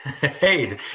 Hey